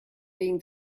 being